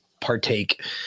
partake